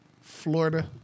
Florida